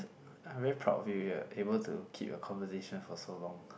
I very proud of you you are able to keep your conversation for so long